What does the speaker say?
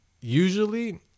usually